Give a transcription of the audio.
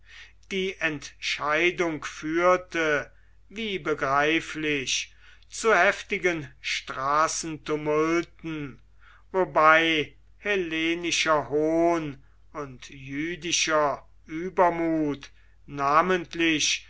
die entscheidung führte wie begreiflich zu heftigen straßentumulten wobei hellenischer hohn und jüdischer übermut namentlich